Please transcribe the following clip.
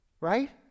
right